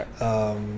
Right